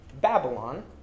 Babylon